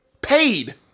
paid